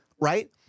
Right